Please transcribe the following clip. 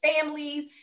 families